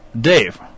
Dave